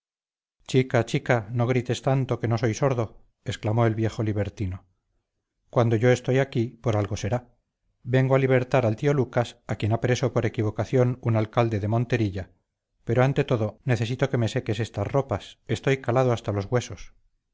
chica chica no grites tanto que no soy sordo exclamó el viejo libertino cuando yo estoy aquí por algo será vengo a libertar al tío lucas a quien ha preso por equivocación un alcalde de monterilla pero ante todo necesito que me seques estas ropas estoy calado hasta los huesos